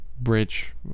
bridge